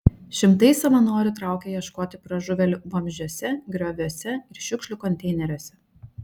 šimtai savanorių traukė ieškoti pražuvėlių vamzdžiuose grioviuose ir šiukšlių konteineriuose